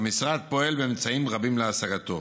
והמשרד פועל באמצעים רבים להשגתו.